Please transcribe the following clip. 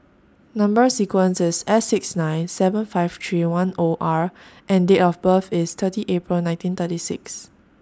Number sequence IS S six nine seven five three one O R and Date of birth IS thirty April nineteen thirty six